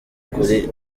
kuri